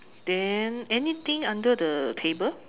then anything under the table